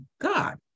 God